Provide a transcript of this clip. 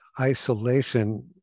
isolation